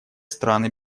страны